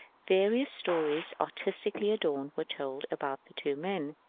various stories, artistically adorned, were told about the two men.